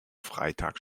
freitag